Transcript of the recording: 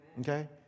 okay